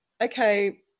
okay